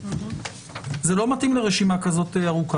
וזה לא מתאים לרשימה ארוכה כזאת.